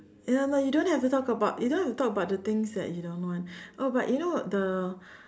ya I know you don't have to talk about you don't have to talk about the things that you don't want oh but you know the